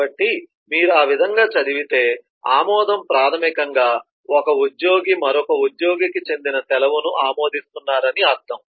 కాబట్టి మీరు ఆ విధంగా చదివితే ఆమోదం ప్రాథమికంగా ఒక ఉద్యోగి మరొక ఉద్యోగికి చెందిన సెలవును ఆమోదిస్తున్నారని అర్థం